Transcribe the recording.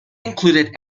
included